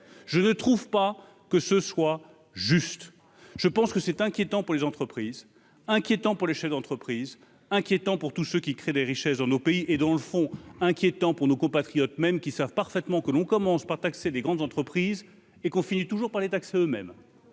je ne trouve pas que ce soit juste, je pense que c'est inquiétant pour les entreprises, inquiétant pour les chefs d'entreprise inquiétant pour tous ceux qui créent des richesses dans nos pays et dans le fond, inquiétant pour nos compatriotes même qui savent parfaitement que l'on commence pas taxer les grandes entreprises et qu'on finit toujours par les taxes, eux-mêmes,